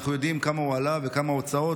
אנחנו יודעים כמה הוא עלה ובכמה ההוצאות